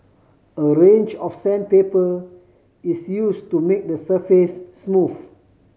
a range of sandpaper is use to make the surface smooth